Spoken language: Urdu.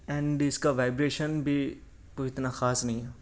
اینڈ اس کا وائبریشن بھی کوئی اتنا خاص نہیں